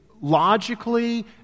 logically